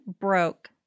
broke